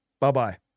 Bye-bye